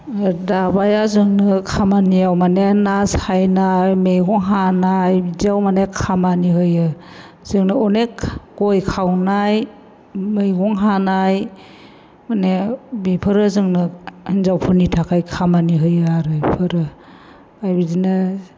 दाबाया जोंनो खामानियाव माने ना सायनाय मैगं हानाय बिदियाव माने खामानि होयो जोंनो अनेख गय खावनाय मैगं हानाय माने बेफोरो जोंनो हिनजावफोरनि थाखाय खामानि होयो आरो बेफोरो ओमफ्राय बिदिनो